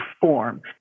form